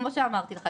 כמו שאמרתי לך,